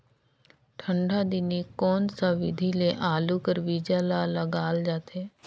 ठंडा दिने कोन सा विधि ले आलू कर बीजा ल लगाल जाथे?